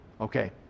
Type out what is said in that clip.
Okay